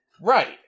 Right